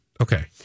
Okay